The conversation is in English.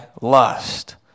lust